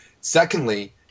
Secondly